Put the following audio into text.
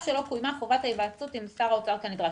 שלא קוימה חובת ההיוועצות עם שר האוצר כנדרש.